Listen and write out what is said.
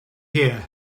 here